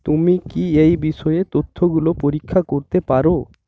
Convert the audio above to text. তুমি কি এই বিষয়ে তথ্যগুলো পরীক্ষা করতে পারো